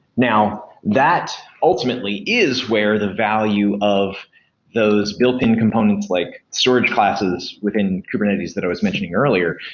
now, that ultimately is where the value of those built-in components, like storage classes within kubernetes that i was mentioning earlier,